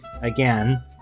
again